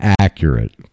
accurate